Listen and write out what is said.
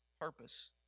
purpose